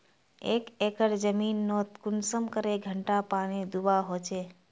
एक एकर जमीन नोत कुंसम करे घंटा पानी दुबा होचए?